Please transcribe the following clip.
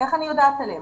איך אני יודעת עליהן?